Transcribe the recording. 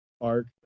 Arc